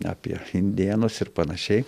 apie indėnus ir panašiai